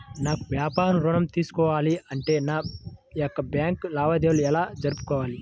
నాకు వ్యాపారం ఋణం తీసుకోవాలి అంటే నా యొక్క బ్యాంకు లావాదేవీలు ఎలా జరుపుకోవాలి?